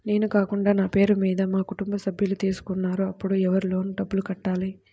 నేను కాకుండా నా పేరు మీద మా కుటుంబ సభ్యులు తీసుకున్నారు అప్పుడు ఎవరు లోన్ డబ్బులు కట్టాలి?